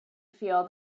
feel